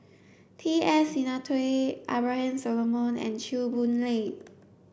T S Sinnathuray Abraham Solomon and Chew Boon Lay